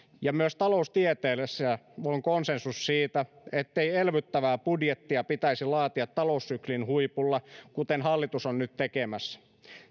ja myös taloustieteessä on konsensus siitä ettei elvyttävää budjettia pitäisi laatia taloussyklin huipulla kuten hallitus on nyt tekemässä